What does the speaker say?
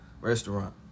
Restaurant